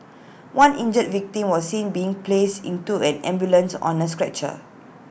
one injured victim was seen being placed into an ambulance on A stretcher